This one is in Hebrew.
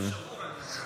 עם לב שבור אני.